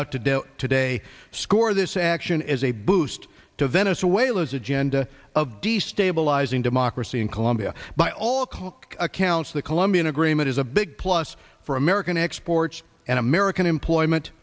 out today today score this action is a boost to venezuela's agenda of destabilizing democracy in colombia by all cock accounts the colombian agreement is a big plus for american exports and american employment